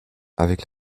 avec